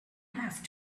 have